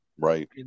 Right